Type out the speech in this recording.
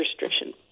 restriction